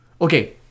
Okay